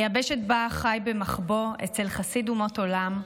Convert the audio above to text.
היבשת שבה חי במחבוא אצל חסיד אומות עולם,